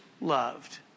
loved